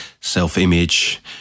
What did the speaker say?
self-image